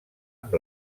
amb